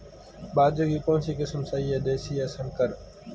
बाजरे की कौनसी किस्म सही हैं देशी या संकर?